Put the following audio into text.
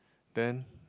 then